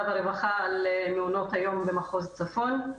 והרווחה על מעונות היום במחוז צפון.